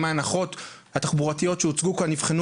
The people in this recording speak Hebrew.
האם ההנחות התחבורתיות שהוצגו כאן נבחנו